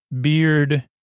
Beard